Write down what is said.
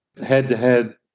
head-to-head